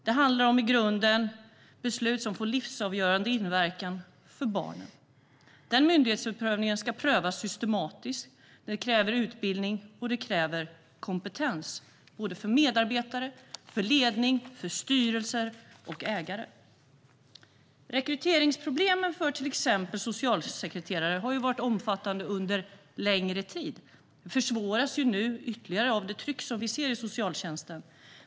Det handlar i grunden om beslut som får livsavgörande inverkan för barnen. Den myndighetsutövningen ska prövas systematiskt. Det kräver utbildning och kompetens hos såväl medarbetare som ledning, styrelser och ägare. Rekryteringsproblemen när det gäller till exempel socialsekreterare har varit omfattande under en längre tid och försvåras nu ytterligare av trycket på socialtjänsten.